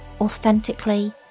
authentically